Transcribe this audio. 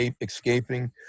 escaping